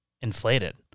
inflated